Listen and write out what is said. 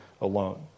alone